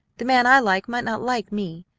the man i like might not like me.